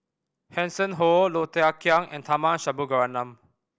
Hanson Ho Low Thia Khiang and Tharman Shanmugaratnam